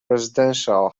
residential